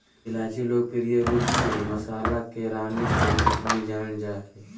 इलायची लोकप्रिय रूप से मसाला के रानी के रूप में जानल जा हइ